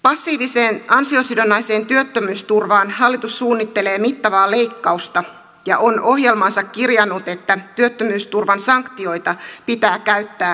passiiviseen ansiosidonnaiseen työttömyysturvaan hallitus suunnittelee mittavaa leik kausta ja on ohjelmaansa kirjannut että työttömyysturvan sanktioita pitää käyttää enemmän